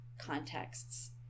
contexts